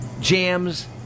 jams